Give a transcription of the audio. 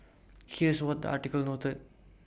here's what the article noted